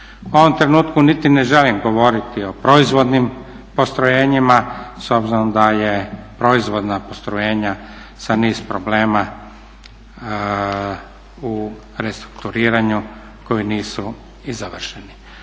U ovom trenutku niti ne želim govoriti o proizvodnim postrojenjima s obzirom da je proizvodna postrojenja sa niz problema u restrukturiranju koji nisu i završeni.